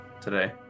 today